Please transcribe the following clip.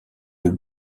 deux